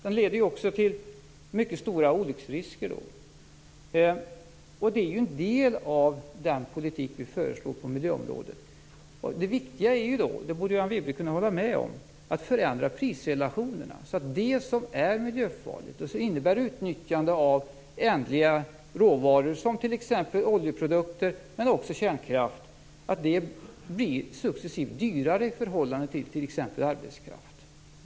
Den leder ju också till mycket stora olycksrisker. Det är en del av den politik vi föreslår på miljöområdet. Det viktiga är - det borde Anne Wibble kunna hålla med om - att förändra prisrelationerna så att det som är miljöfarligt och innebär utnyttjande av ändliga råvaror, som t.ex. oljeprodukter men också kärnkraft, successivt blir dyrare i förhållande till t.ex. arbetskraft.